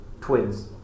Twins